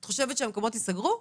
את חושבת שהמקומות ייסגרו?